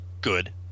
good